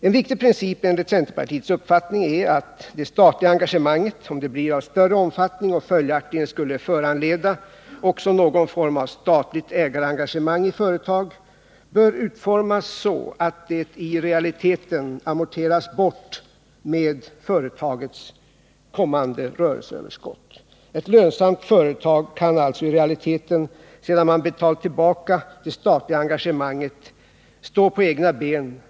En viktig princip enligt centerpartiets uppfattning är att om det statliga engagemanget blir av större omfattning och följaktligen skulle föranleda någon form av statligt ägarengagemang i företag, bör det utformas så att det i realiteten amorteras bort med företagets kommande rörelseöverskott. Ett lönsamt företag kan alltså i realiteten, sedan man betalt tillbaka det statliga engagemanget, stå på egna ben.